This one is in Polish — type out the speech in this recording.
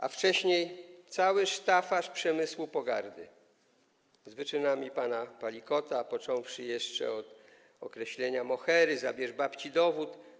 A wcześniej cały sztafaż przemysłu pogardy z wyczynami pana Palikota, począwszy jeszcze od określeń „mohery”, „zabierz babci dowód”